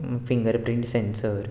fingerprint sensor